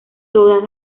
todas